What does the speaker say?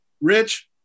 Rich